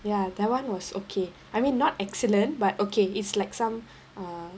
ya that one was okay I mean not excellent but okay it's like some err